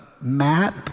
map